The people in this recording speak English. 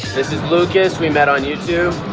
this is lucas, we met on youtube.